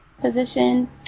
position